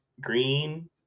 Green